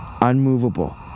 unmovable